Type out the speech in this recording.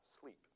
sleep